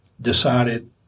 decided